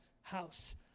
house